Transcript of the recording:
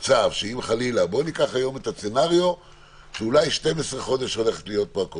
בואו ניקח היום סצנריו שאולי תהיה פה קורונה 12 חודש,